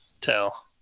tell